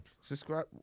Subscribe